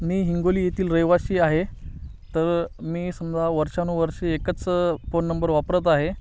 मी हिंगोली येथील रहिवाशी आहे तर मी समजा वर्षानुवर्षी एकच फोन नंबर वापरत आहे